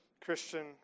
Christian